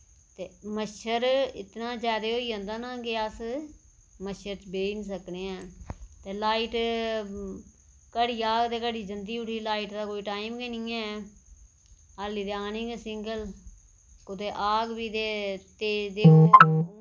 ते मच्छर इन्ना जैदा होई जंदा ना कि अस मच्छर च बेही निं सकने ऐं ते लाइट घड़ी औग ते घड़ी जंदी उठी लाइट दा कोई टाइम गै निं ऐ हल्ली ते औनी गै सिंगल कुतै औग बी ते तेज